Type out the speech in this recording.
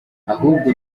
ahubwo